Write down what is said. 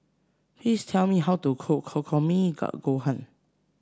please tell me how to cook Takikomi Gohan